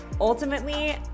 Ultimately